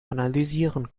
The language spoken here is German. analysieren